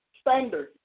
standard